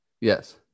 Yes